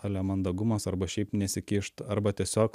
ale mandagumas arba šiaip nesikišt arba tiesiog